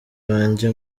banjye